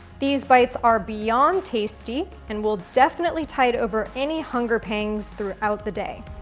these bites are beyond tasty and will definitely tide over any hunger pangs throughout the day.